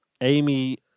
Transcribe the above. Amy